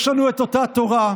יש לנו את אותה תורה,